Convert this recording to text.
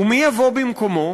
ומי יבוא במקומו?